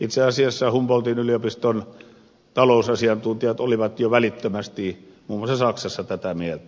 itse asiassa humboldtin yliopiston talousasiantuntijat olivat välittömästi tätä mieltä